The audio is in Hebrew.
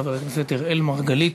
חבר הכנסת אראל מרגלית,